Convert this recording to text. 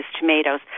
tomatoes